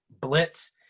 Blitz